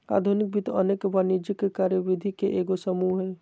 आधुनिक वित्त अनेक वाणिज्यिक कार्यविधि के एगो समूह हइ